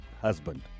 husband